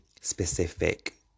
specific